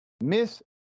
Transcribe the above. Miss